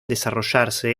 desarrollarse